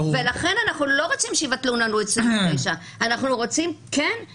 ולכן אנחנו לא רוצים שיבטלו לנו את סעיף 9. אנחנו רוצים שתהיה